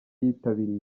yitabiriye